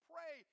Pray